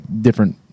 different